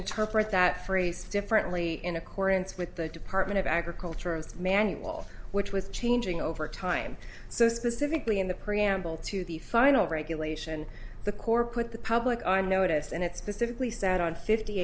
interpret that phrase differently in accordance with the department of agriculture and manual which was changing over time so specifically in the preamble to the final regulation the core put the public on notice and it specifically said on fifty